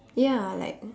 ya like